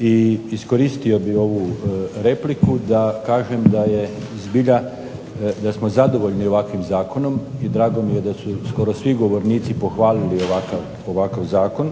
I iskoristio bih ovu repliku da kažem da je zbilja, da smo zadovoljni ovakvim zakonom i drago mi je da su skoro svi govornici pohvalili ovakav zakon.